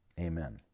Amen